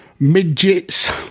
midgets